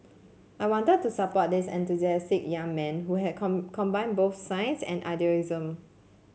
I wanted to support this enthusiastic young man who has come combined both science and idealism